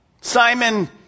Simon